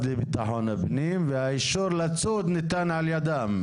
לביטחון הפנים והאישור לצוד ניתן על ידם,